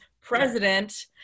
president